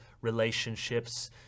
relationships